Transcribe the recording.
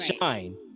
shine